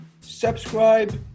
Subscribe